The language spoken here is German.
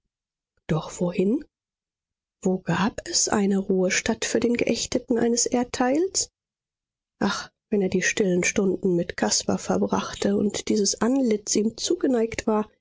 doch wohin wo gab es eine ruhestatt für den geächteten eines erdteils ach wenn er die stillen stunden mit caspar verbrachte und dieses antlitz ihm zugeneigt war